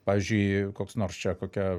pavyzdžiui koks nors čia kokia